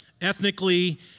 ethnically